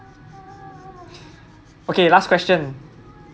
okay last question